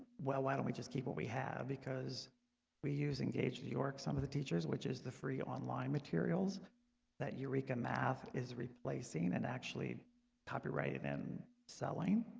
well, why don't we just keep what we have because we use engage new york some of the teachers which is the free online materials that eureka math is replacing and actually copyrighted and selling